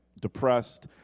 depressed